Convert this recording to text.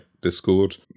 Discord